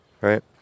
right